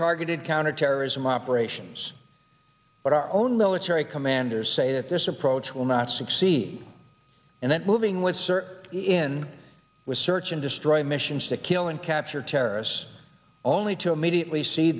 targeted counterterrorism operations but our own military commanders say that this approach will not succeed and that moving with sir even with search and destroy missions to kill and capture terrorists only to immediately see